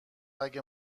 اگر